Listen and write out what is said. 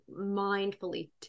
mindfully